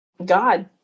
God